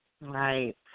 Right